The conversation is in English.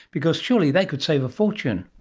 because surely they could save a fortune?